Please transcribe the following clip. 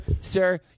sir